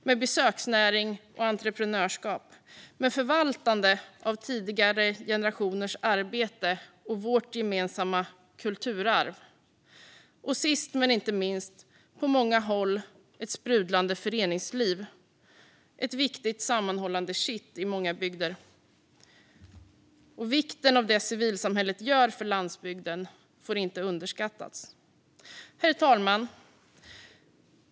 Med besöksnäring och entreprenörskap. Med förvaltande av tidigare generationers arbete och vårt gemensamma kulturarv. Sist men inte minst finns på många håll ett sprudlande föreningsliv, ett viktigt sammanhållande kitt i många bygder. Vikten av det som civilsamhället gör för landsbygden får inte underskattas. Herr talman!